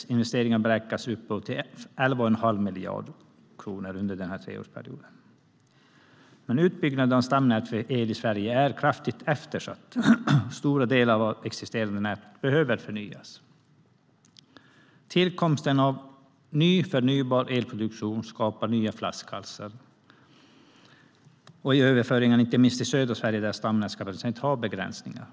Affärsverkets investeringar beräknas uppgå till 11 1⁄2 miljard kronor under treårsperioden. Utbyggnaden av stamnätet för el i Sverige är kraftigt eftersatt, och stora delar av det existerande nätet behöver förnyas. Tillkomsten av ny förnybar elproduktion skapar nya flaskhalsar i överföringen, inte minst i södra Sverige där stamnätskapaciteten har begränsningar.